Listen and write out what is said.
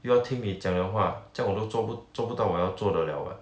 又要听你讲的话这样我都做不做不到我要做的了 what